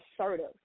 assertive